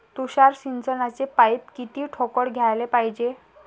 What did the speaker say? तुषार सिंचनाचे पाइप किती ठोकळ घ्याले पायजे?